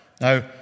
Now